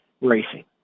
racing